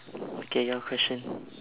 K your question